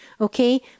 okay